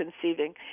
conceiving